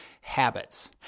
habits